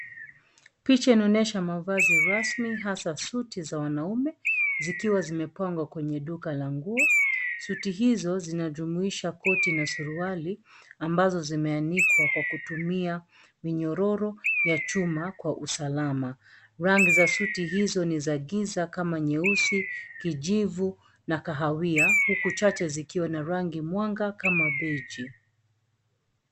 Picha inaonyesha mavazi rasmi, hasa suti za wanaume zikiwa zimepangwa kwenye duka la nguo. Suti hizo zinajumuisha koti na suruali, ambazo zimeanikwa kwa kutumia minyororo ya chuma kwa usalama. Rangi za suti hizo ni za giza kama nyeusi, kijivu na kahawia, huku chache zikiwa na rangi mwanga kama beji .